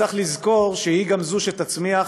צריך לזכור שהיא גם זו שתצמיח,